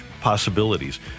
possibilities